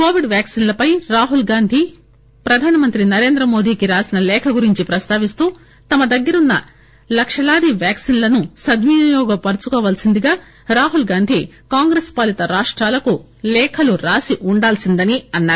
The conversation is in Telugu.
కోవిడ్ వ్యాక్పిన్లపై రాహుల్ గాంధీ ప్రధానమంత్రి నరేంద్రమోదికి రాసిన లేఖ గురించి ప్రస్తావిస్తూ తమ దగ్గరున్న లక్షలాది వ్యాక్సిన్లను సద్వినియోగపరుచుకోవలసిందిగా రాహుల్ గాంధీ కాంగ్రెస్ పాలీత రాష్టాలకు లేఖలు రాసి ఉండాల్పిందని అన్నారు